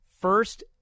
first